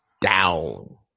down